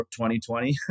2020